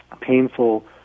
painful